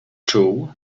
czuł